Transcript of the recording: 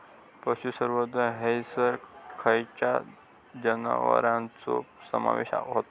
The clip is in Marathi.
पशुसंवर्धन हैसर खैयच्या जनावरांचो समावेश व्हता?